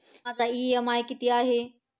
माझा इ.एम.आय किती आहे?